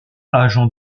agent